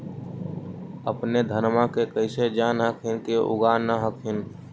अपने धनमा के कैसे जान हखिन की उगा न हखिन?